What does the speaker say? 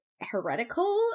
heretical